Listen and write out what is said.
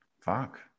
Fuck